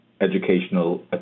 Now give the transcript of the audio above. educational